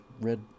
red